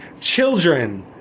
Children